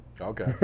Okay